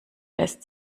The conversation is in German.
lässt